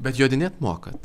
bet jodinėt mokat